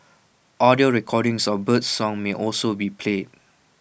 audio recordings of birdsong may also be played